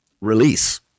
release